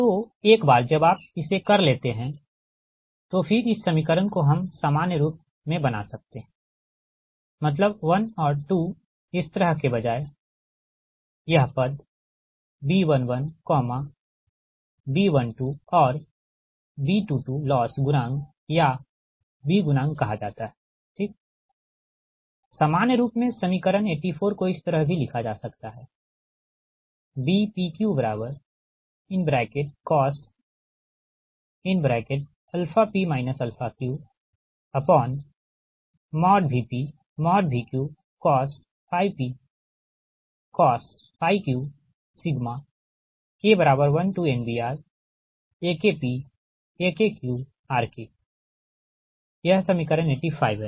तोएक बार जब आप इसे कर लेते है तो फिर इस समीकरण को हम सामान्य रूप में बना सकते है मतलब 1 और 2 इस तरह के बजाय यह पद B11B12और B22 लॉस गुणांक या B गुणांक कहा जाता है ठीक सामान्य रूप में समीकरण 84 को इस तरह भी लिखा जा सकता है Bpq cos p q VpVqcos p cos q K1NBRAKpAKqRK यह समीकरण 85 है